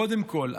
קודם כול,